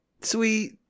sweet